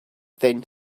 then